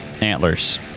antlers